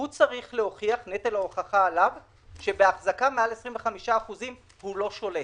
נטל ההוכחה עליו שהוא לא שולט.